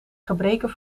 gebreken